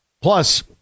Plus